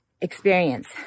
experience